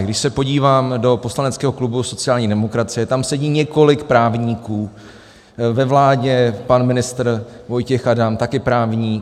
Když se podívám do poslaneckého klubu sociální demokracie, tak tam sedí několik právníků, ve vládě pan ministr Vojtěch Adam, taky právník.